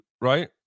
right